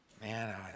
Man